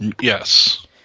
Yes